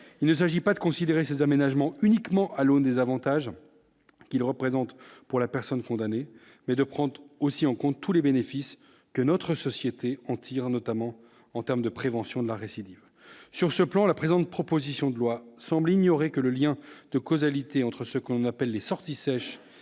il ne s'agit pas de considérer ces aménagements uniquement à l'aune des avantages qu'il représente pour la personne condamnée mais de prendre aussi en compte tous les bénéfices que notre société en tire notamment en termes de prévention de la récidive sur ce plan la présente proposition de loi semble ignorer que le lien de causalité entre ce qu'on appelle les sorties sèches